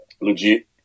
Legit